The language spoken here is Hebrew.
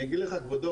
אני אגיד לך, כבודו.